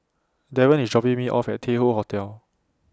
Darron IS dropping Me off At Tai Hoe Hotel